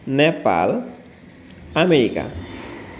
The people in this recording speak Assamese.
নেপাল আমেৰিকা